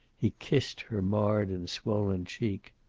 he kissed her marred and swollen cheek.